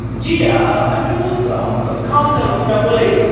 جی اَسہِ حظ اوس خانٛدَر اوس مےٚ بٲیِس